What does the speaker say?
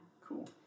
Cool